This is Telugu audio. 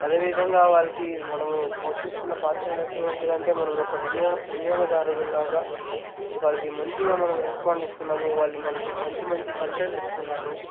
అదేవిధంగా వాళ్ళకి మనము పోషిస్తున్న పాత్రలు ఎటువంటిది అంటే మనము ఒక వినియో వినాయగదారులాగా వాళ్ళకి మంచిగా మనము రెస్పాండ్ ఇస్తున్నాము వాళ్ళు మనకి మంచి మంచి కంటెంట్ ఇస్తున్నారు